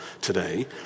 today